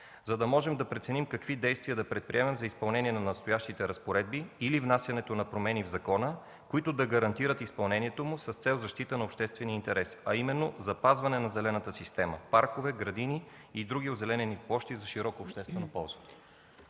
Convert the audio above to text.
Така ще можем да преценим какви действия да предприемем за изпълнение на настоящите разпоредби или внасяне на промени в закона, които да гарантират изпълнението му с цел защита на обществения интерес, а именно запазване на зелената система – паркове, градини и други озеленени площи за широко обществено ползване.